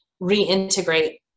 reintegrate